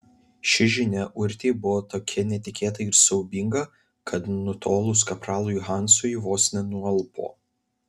ši žinia urtei buvo tokia netikėta ir siaubinga kad nutolus kapralui hansui vos nenualpo